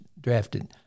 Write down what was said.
drafted